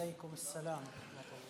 עליכום א-סלאם.